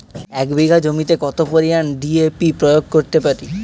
এক বিঘা জমিতে কত পরিমান ডি.এ.পি প্রয়োগ করতে পারি?